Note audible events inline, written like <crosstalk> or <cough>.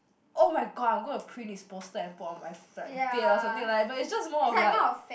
oh-my-god I'm gonna print his poster and put oh my <noise> like bed or something like that but it's just more of like